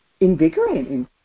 invigorating